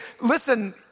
listen